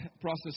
process